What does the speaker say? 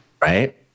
Right